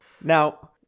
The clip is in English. Now